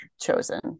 chosen